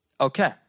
Okay